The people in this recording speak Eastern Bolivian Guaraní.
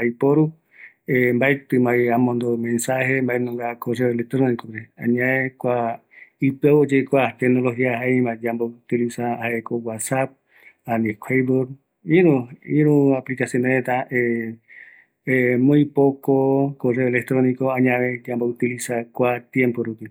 aiporu mbaeti ma vi amondo mensaje mbaenunga correo electrónico pe añe kua ipiau oyekua tecnología jeiva yambo utiliza jaeko ko whattsapp ani Facebook iru aplicacion reta muy poco correo electrónico añave yambo utiliza kua tiempo rupi